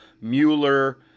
Mueller